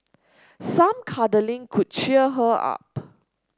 some cuddling could cheer her up